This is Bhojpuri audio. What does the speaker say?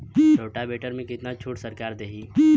रोटावेटर में कितना छूट सरकार देही?